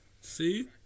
see